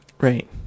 right